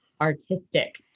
artistic